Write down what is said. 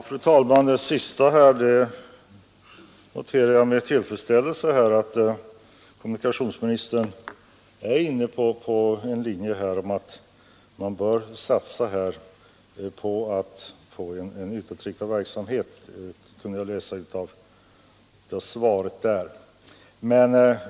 Fru talman! Det sista som kommunikationsministern sade noterar jag med tillfredsställelse. Herr Norling är alltså inne på att SJ gör en satsning på en utåtriktad verksamhet. Det har jag också kunnat läsa ut av svaret.